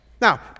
Now